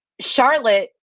charlotte